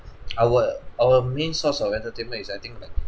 our our main source of entertainment is I think like